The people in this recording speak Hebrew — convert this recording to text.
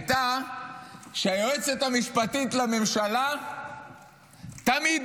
הייתה שהיועצת המשפטית לממשלה תמיד